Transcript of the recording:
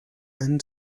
and